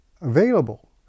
available